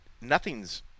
nothing's